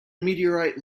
meteorite